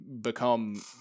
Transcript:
become